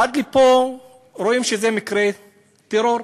עד פה רואים שזה מקרה טרור.